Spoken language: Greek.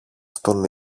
στον